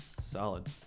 Solid